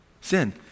sin